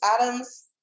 Adams